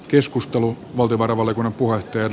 keskustelu valta varvalle puotien